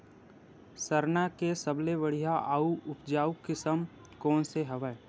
सरना के सबले बढ़िया आऊ उपजाऊ किसम कोन से हवय?